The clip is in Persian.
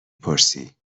پرسی